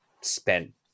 spent